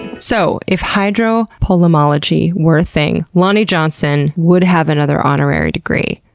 so if hydropolemology were a thing, lonnie johnson would have another honorary degree.